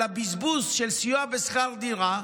הבזבוז של סיוע בשכר דירה,